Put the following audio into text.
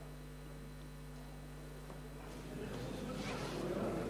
אדוני היושב-ראש,